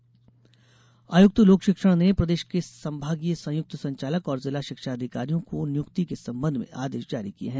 नियुक्ति निर्देश आयुक्त लोक शिक्षण ने प्रदेश के संभागीय संयुक्त संचालक और जिला शिक्षाधिकारियों को नियुक्ति के संबंध में आदेश जारी किये हैं